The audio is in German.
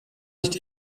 nicht